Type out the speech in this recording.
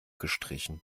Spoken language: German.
gestrichen